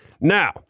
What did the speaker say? now